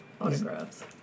autographs